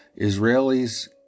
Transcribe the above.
Israelis